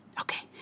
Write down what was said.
okay